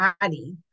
body